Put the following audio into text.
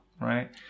right